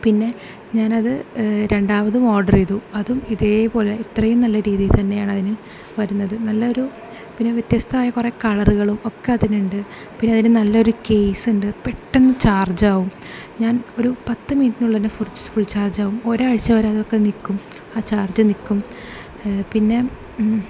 പിന്നെ ഞാനത് രണ്ടാമതും ഓർഡർ ചെയ്തു അതും ഇതേ പോലെ ഇത്രയും നല്ല രീതിയിൽ തന്നെയാണതിന് വരുന്നത് നല്ലൊരു പിന്നെ വ്യത്യസ്തമായ കുറെ കളറുകളും ഒക്കെ അതിനുണ്ട് പിന്നെ അതിനു നല്ലൊരു കേയിസ് ഉണ്ട് പെട്ടെന്ന് ചാർജ്ജാകും ഞാൻ ഒരു പത്ത് മിനിറ്റിനുള്ളിൽ ഫുൾ ചാർജ്ജാകും ഒരാഴ്ച വരെ അതൊക്കെ നിൽക്കും ആ ചാർജ് നിൽക്കും പിന്നെ